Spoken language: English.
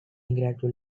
gradual